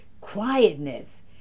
quietness